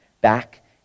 back